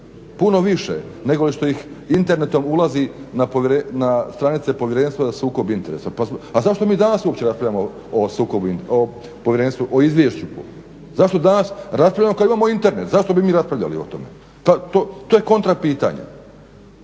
puno više, nego li što ih internetom ulazi na stranice Povjerenstva za sukob interesa. A zašto mi danas uopće raspravljamo o Povjerenstvu, o izvješću? Zašto danas raspravljamo kad imamo Internet? Zašto bi mi raspravljali o tome? To je kontra pitanje.